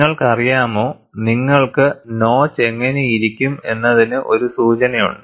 നിങ്ങൾക്കറിയാമോനിങ്ങൾക്ക് notch എങ്ങനെയിരിക്കും എന്നതിന് ഒരു സൂചനയുണ്ട്